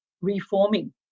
reforming